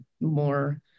more